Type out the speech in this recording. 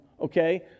okay